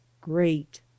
great